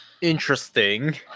Interesting